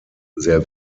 sehr